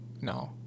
No